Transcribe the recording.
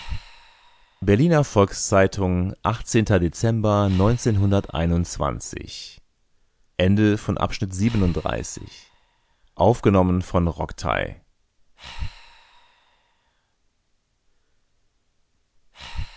berliner volks-zeitung dezember